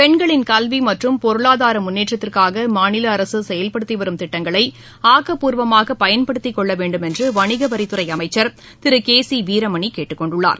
பெண்களின் கல்வி மற்றும் பொருளாதார முன்னேற்றத்திற்காக மாநில அரசு செயல்படுத்தி வரும் திட்டங்களை ஆக்கப்பூர்வமாக பயன்படுத்திக் கொள்ள வேண்டும் என்று வணிகத் துறை அமைச்சர் திரு கே சி வீரமணி கேட்டுக் கொண்டுள்ளார்